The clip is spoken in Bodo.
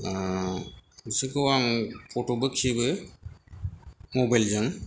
बिसोरखौ आं फत' बो खेबो मबाइल जों